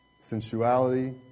sensuality